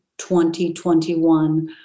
2021